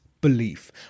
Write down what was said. belief